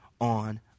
on